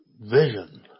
vision